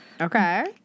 Okay